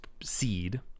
seed